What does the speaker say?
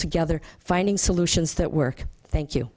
together finding solutions that work thank you